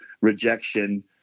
rejection